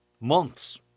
months